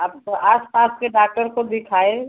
अब तो आस पास के डाक्टर को दिखाए